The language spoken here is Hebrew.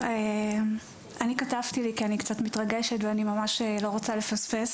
אני אקריא, כי אני ממש מתרגשת ואני לא רוצה לפספס.